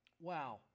Wow